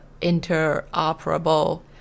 interoperable